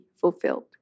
fulfilled